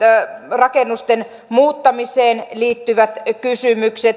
rakennusten muuttamiseen liittyvät kysymykset